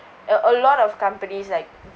a a lot of companies like